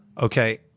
okay